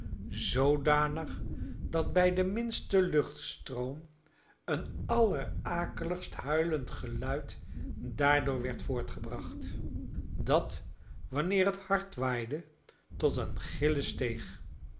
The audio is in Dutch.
zoodanig dat bij den minsten luchtstroom een allerakeligst huilend geluid daardoor werd voortgebracht dat wanneer het hard waaide tot een gillen steeg